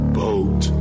boat